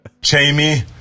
Jamie